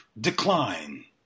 decline